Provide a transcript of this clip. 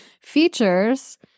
features